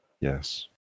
Yes